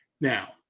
Now